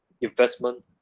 investment